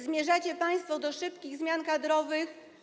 Zmierzacie państwo do szybkich zmian kadrowych.